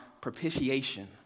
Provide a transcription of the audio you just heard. propitiation